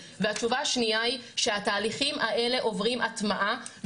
התשובה השנייה היא שהתהליכים האלה עוברים הטמעה.